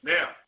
Now